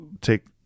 take